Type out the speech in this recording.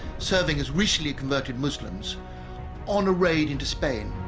serving as recently converted muslims on a raid into spain